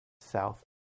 South